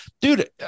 dude